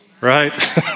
right